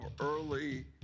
early